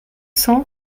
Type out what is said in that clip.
cent